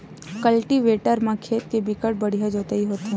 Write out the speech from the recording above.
cultivator म खेत के बिकट बड़िहा जोतई होथे